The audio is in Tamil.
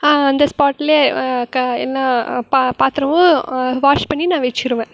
அந்த ஸ்பாட்லையே தா என்ன பா பாத்திரமும் வாஷ் பண்ணி நான் வெச்சுருவேன்